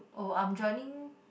oh I'm joining